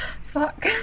Fuck